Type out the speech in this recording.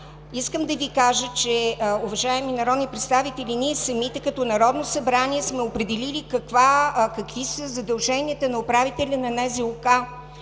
Искам да Ви кажа, уважаеми народни представители, ние самите като Народно събрание сме определили какви са задълженията на управителя на НЗОК.